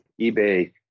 eBay